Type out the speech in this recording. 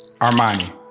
Armani